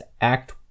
Act